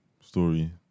story